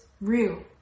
real